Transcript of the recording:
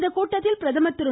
இக்கூட்டத்தில் பிரதமர் திரு